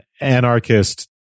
anarchist